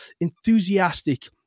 enthusiastic